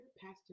Pastor